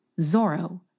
Zorro